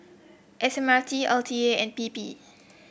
S M R T L T A and P P